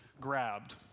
grabbed